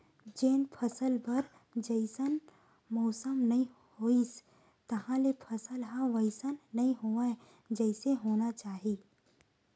जेन फसल बर जइसन मउसम नइ होइस तहाँले फसल ह वइसन नइ होवय जइसे होना चाही